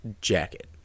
jacket